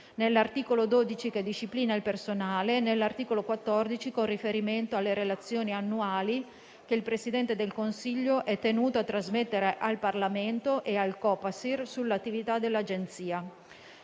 nell'articolo 12, che disciplina il personale, e nell'articolo 14, con riferimento alle relazioni annuali che il Presidente del Consiglio è tenuto a trasmettere al Parlamento e al Copasir sull'attività dell'Agenzia.